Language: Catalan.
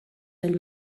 ell